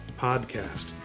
podcast